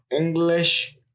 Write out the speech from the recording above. English